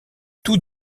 tous